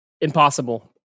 Impossible